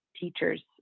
teachers